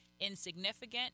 insignificant